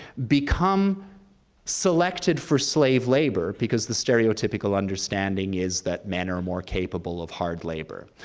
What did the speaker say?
become selected for slave labor, because the stereotypical understanding is that men are more capable of hard labor,